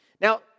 Now